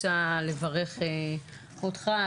אני רוצה לברך אותך,